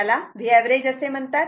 याला Vaverage असे म्हणतात